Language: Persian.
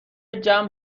جمع